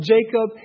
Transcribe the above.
Jacob